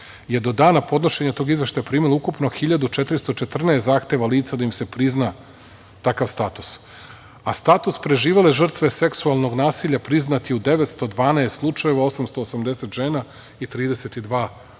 je do dana podnošenja tog Izveštaja primila ukupno 1.414 zahteva lica da im se prizna takav status, a status preživele žrtve seksualnog nasilja priznat je u 912 slučajeva, 880 žena i 32 muškarca.